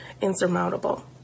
insurmountable